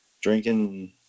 drinking